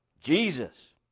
Jesus